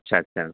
اچھا اچھا